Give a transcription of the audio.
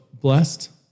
blessed